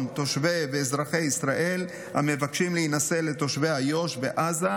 תושבי ואזרחי ישראל המבקשים להינשא לתושבי איו"ש ועזה,